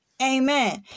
Amen